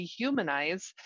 dehumanize